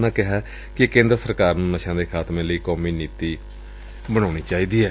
ਉਨੂਾਂ ਕਿਹਾ ਕਿ ਕੇਂਦਰ ਸਰਕਾਰ ਨੰ ਨਸ਼ਿਆਂ ਦੇ ਖਾਤਮੇ ਲਈ ਇਕ ਕੌਮੀ ਨੀਤੀ ਬਣਾਈ ਜਾਣੀ ਚਾਹੀਦੀ ਏ